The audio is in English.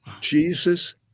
Jesus